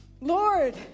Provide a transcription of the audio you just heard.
Lord